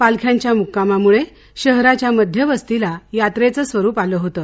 पालख्यांच्या मुक्कामामुळे शहराच्या मध्यवस्तीला यात्रेचं स्वरूप आलं होतं